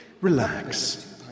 Relax